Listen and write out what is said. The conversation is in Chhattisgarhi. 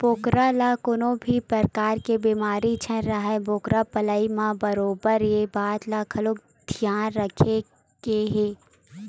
बोकरा ल कोनो भी परकार के बेमारी झन राहय बोकरा पलई म बरोबर ये बात ल घलोक धियान रखे के हे